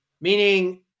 Meaning